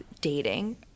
dating